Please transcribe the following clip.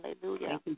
hallelujah